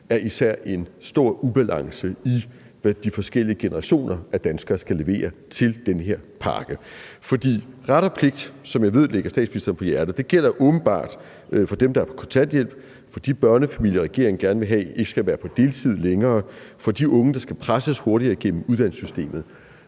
er især en stor ubalance i, hvad de forskellige generationer af danskere skal levere til den her pakke. For ret og pligt, som jeg ved ligger statsministeren på sinde, gælder åbenbart for dem, der er på kontanthjælp, for de børnefamilier, regeringen gerne vil have ikke skal være på deltid længere, og for de unge, der skal presses hurtigere igennem uddannelsessystemet.